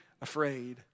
afraid